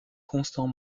constant